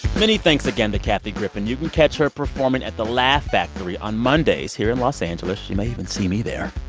many thanks, again, to kathy griffin. you can catch her performing at the laugh factory on mondays here in los angeles. you may even see me there.